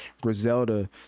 griselda